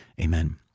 Amen